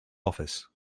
office